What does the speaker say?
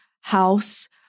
house